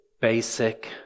basic